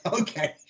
Okay